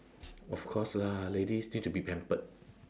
of course lah ladies need to be pampered